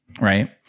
Right